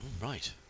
Right